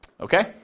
Okay